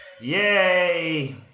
Yay